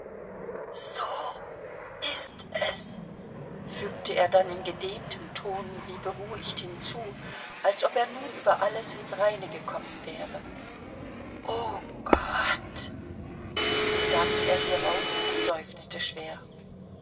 so ist es fügte er dann in gedehntem ton wie beruhigt hinzu als ob er nun über alles ins reine gekommen wäre o gott sagte er hierauf und seufzte schwer